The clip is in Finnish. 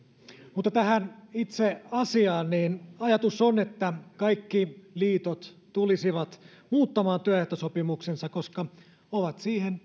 mutta tähän itse asiaan ajatus on että kaikki liitot tulisivat muuttamaan työehtosopimuksensa koska ovat siihen